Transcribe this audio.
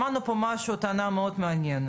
שמענו פה טענה מאוד מעניינת,